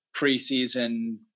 preseason